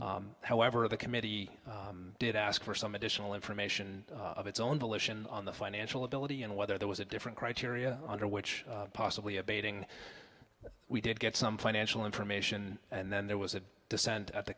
however the committee did ask for some additional information of its own volition on the financial ability and whether there was a different criteria under which possibly abating we did get some financial information and then there was a dissent at the